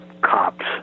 cops